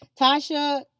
Tasha